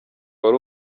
wari